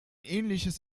ähnliches